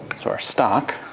so our stock